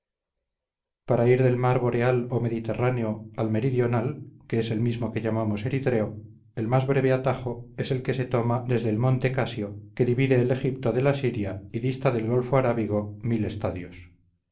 para ir del mar boreal o mediterráneo al meridional que es el mismo que llamamos eritreo el más breve atajo es el que se toma desde le monte casio que divide el egipto de la siria y dista del golfo arábigo estadios